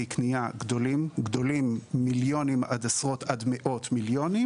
קנייה גדולים מיליונים עד עשרות ומאות מיליונים